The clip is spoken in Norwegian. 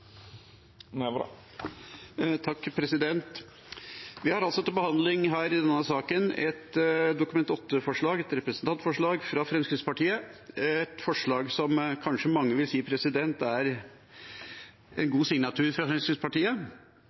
Vi har til behandling her et Dokument 8-forslag, et representantforslag fra Fremskrittspartiet, et forslag som kanskje mange vil si er en god signatur